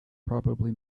probably